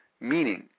meaning